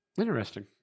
Interesting